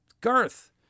garth